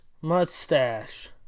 mustache